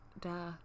duh